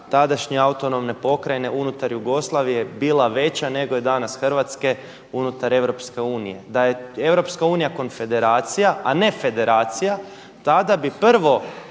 tadašnje Autonomne pokrajine unutar Jugoslavije bila veća nego je danas Hrvatske unutar Europske unije. Da je Europska unija konfederacija a ne federacija, tada bi prvo